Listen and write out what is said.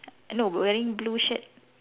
no wearing blue shirt